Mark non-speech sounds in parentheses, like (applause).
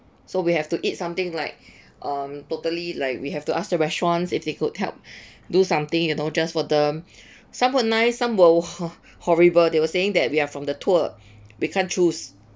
so we have to eat something like (breath) um totally like we have to ask the restaurants if they could help (breath) do something you know just for them (breath) some were nice some were (laughs) horrible they were saying that we are from the tour (breath) we can't choose